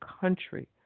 country